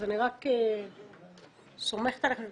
אז אני רק סומכת עליכם.